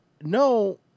no